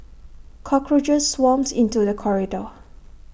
cockroaches swarmed into the corridor